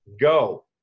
go